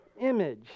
image